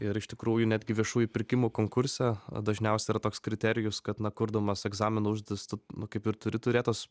ir iš tikrųjų netgi viešųjų pirkimų konkurse dažniausiai yra toks kriterijus kad na kurdamas egzamino užduotis tu nu kaip ir turi turėt tos